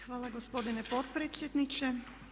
Hvala gospodine potpredsjedniče.